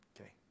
Okay